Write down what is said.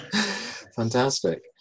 Fantastic